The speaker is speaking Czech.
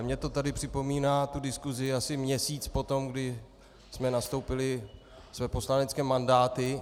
Mně to tady připomíná diskusi asi měsíc po tom, kdy jsme nastoupili své poslanecké mandáty.